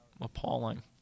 appalling